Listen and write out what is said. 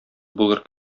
булыр